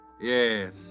Yes